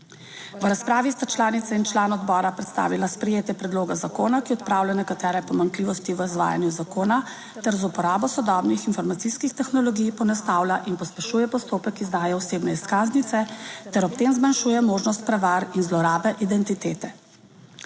(Nadaljevanje) in člani odbora predstavila sprejetje predloga zakona, ki odpravlja nekatere pomanjkljivosti v izvajanju zakona ter z uporabo sodobnih informacijskih tehnologij poenostavlja in pospešuje postopek izdaje osebne izkaznice ter ob tem zmanjšuje možnost prevar in zlorabe identitete.